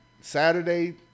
Saturday